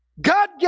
God